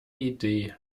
idee